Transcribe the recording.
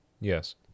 yes